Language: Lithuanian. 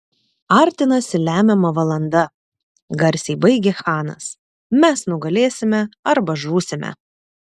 artinasi lemiama valanda garsiai baigė chanas mes nugalėsime arba žūsime